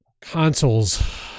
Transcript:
consoles